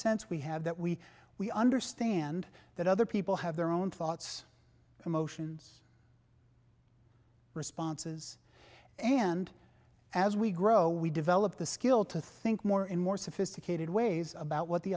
sense we have that we we understand that other people have their own thoughts emotions responses and as we grow we develop the skill to think more and more sophisticated ways about what the